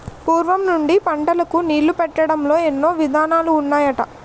పూర్వం నుండి పంటలకు నీళ్ళు పెట్టడంలో ఎన్నో విధానాలు ఉన్నాయట